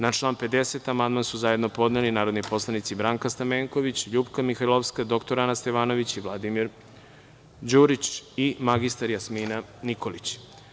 Na član 50. amandman su zajedno podneli narodni poslanici Branka Stamenković, LJupka Mihajlovska, dr Ana Stevanović, Vladimir Đurić i mr Jasmina Nikolić.